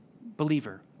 Believer